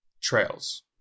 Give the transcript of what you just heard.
trails